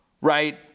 right